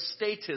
statism